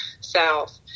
south